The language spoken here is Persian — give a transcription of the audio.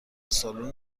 سالن